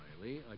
Riley